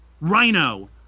Rhino